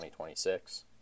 2026